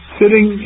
sitting